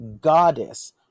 Goddess